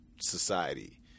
society